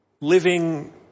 living